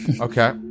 okay